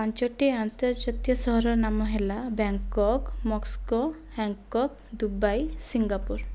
ପାଞ୍ଚଟି ଅନ୍ତର୍ଜାତୀୟ ସହରର ନାମ ହେଲା Bangkok Moscow Hong Kong Dubai Singapore